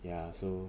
ya so